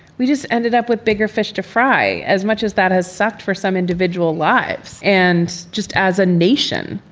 we just ended up with bigger fish to fry. as much as that has sucked for some individual lives. and just as a nation,